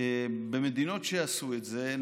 במדינות שעשו את זה,